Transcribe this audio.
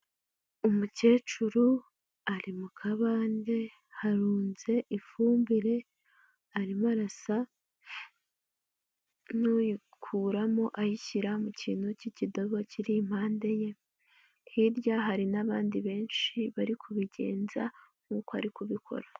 Umukecuru ari mu kabande, harunze ifumbire, arimo arasa n'uyikuramo ayishyira mu kintu cy'ikidobo kiri impande ye, hirya hari n'abandi benshi bari kubigenza nkuko ari kubikora.